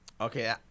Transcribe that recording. Okay